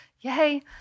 Yay